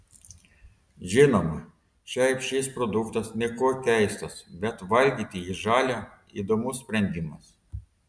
žinoma šiaip šis produktas niekuo keistas bet valgyti jį žalią įdomus sprendimas